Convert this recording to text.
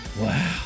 Wow